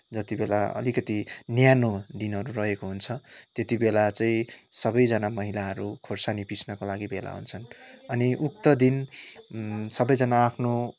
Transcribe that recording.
जतिबेला अलिकति न्यानो दिनहरू रहेको हुन्छ त्यतिबेला चाहिँ सबैजना महिलाहरू खुर्सानी पिस्नको लागि भेला हुन्छन् अनि उक्त दिन सबैजना आफ्नो